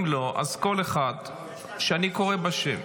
אם לא, אז כל אחד שאני קורא בשם.